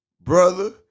brother